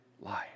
life